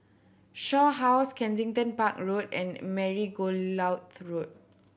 Shaw House Kensington Park Road and Margoliouth Road